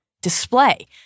display